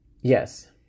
Yes